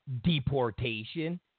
deportation